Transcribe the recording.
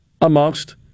amongst